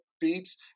beats